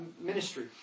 ministry